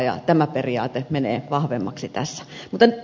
ja tämä periaate menee vahvemmaksi tässä